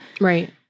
Right